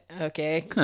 Okay